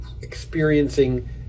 experiencing